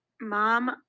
Mom